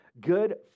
Good